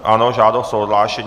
Ano, žádost o odhlášení.